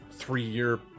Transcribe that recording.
three-year